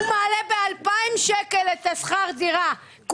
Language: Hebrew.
הוא מעלה את שכר הדירה ב-2,000 שקלים